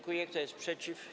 Kto jest przeciw?